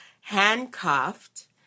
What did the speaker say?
handcuffed